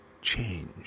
change